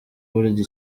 burya